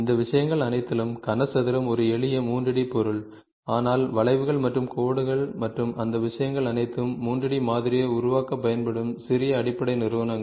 இந்த விஷயங்கள்அனைத்திலும் கன சதுரம் ஒரு எளிய 3 D பொருள் ஆனால் வளைவுகள் மற்றும் கோடுகள் மற்றும் அந்த விஷயங்கள் அனைத்தும் 3 D மாதிரியை உருவாக்கப் பயன்படும் சிறிய அடிப்படை நிறுவனங்கள்